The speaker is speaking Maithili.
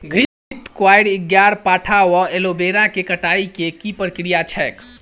घृतक्वाइर, ग्यारपाठा वा एलोवेरा केँ कटाई केँ की प्रक्रिया छैक?